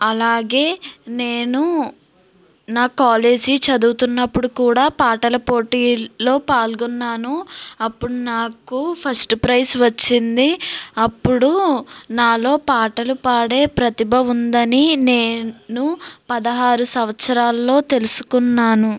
అలాగే నేను నా కాలేజీ చదువుతున్నపుడు కూడా పాటల పోటీల్లో పాల్గొన్నాను అప్పుడు నాకు ఫస్ట్ ప్రైజ్ వచ్చింది అప్పుడు నాలో పాటలు పాడే ప్రతిభ ఉందని నేను పదహారు సంవత్సరాలలో తెలుసుకున్నాను